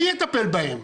מי יטפל בהם?